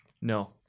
No